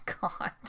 god